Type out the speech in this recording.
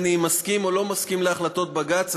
מסכים ובין שאיני מסכים להחלטות בג"ץ,